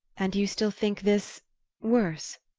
and you still think this worse?